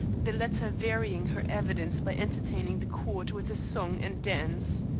the latter varying her evidence by entertaining the court with a song and dance.